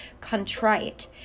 contrite